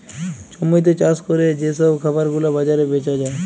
জমিতে চাষ ক্যরে যে সব খাবার গুলা বাজারে বেচা যায়